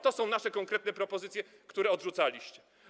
Takie są nasze konkretne propozycje, które odrzucaliście.